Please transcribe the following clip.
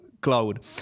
cloud